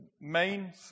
main